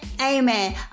Amen